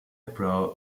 pro